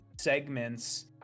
segments